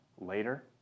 Later